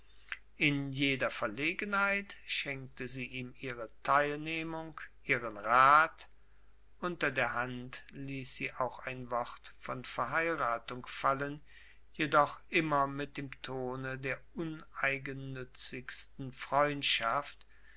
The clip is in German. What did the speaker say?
in jeder verlegenheit schenkte sie ihm ihre teilnehmung ihren rat unter der hand ließ sie auch ein wort von verheiratung fallen jedoch immer mit dem tone der uneigennützigsten freundschaft